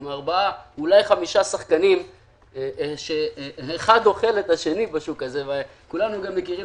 עם אולי חמישה שחקנים שאחד אוכל את השני בשוק הזה וכולנו מכירים